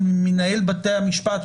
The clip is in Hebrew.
או מנהל בתי המשפט,